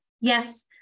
Yes